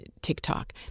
TikTok